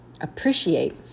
appreciate